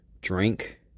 drink